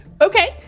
okay